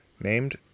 named